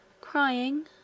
Crying